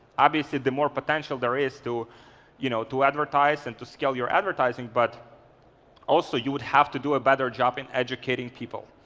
obviously the more potential there is to you know to advertise and to scale your advertising. but also you would have to do a better job in educating people.